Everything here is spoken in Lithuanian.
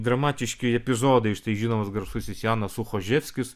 dramatiški epizodai štai žinomas garsusis janas suchoževskis